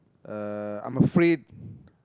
uh I'm afraid